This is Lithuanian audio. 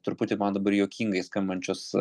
truputį man dabar juokingai skambančius